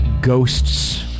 ghosts